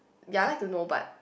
ya I like to know but